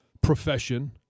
profession